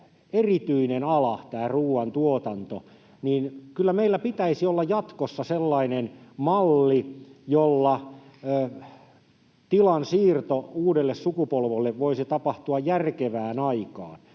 erityinen ala, tämä ruoantuotanto, niin kyllä meillä pitäisi olla jatkossa sellainen malli, jolla tilan siirto uudelle sukupolvelle voisi tapahtua järkevään aikaan.